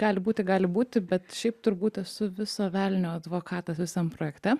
gali būti gali būti bet šiaip turbūt esu viso velnio advokatas visam projekte